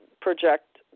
project